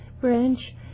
branch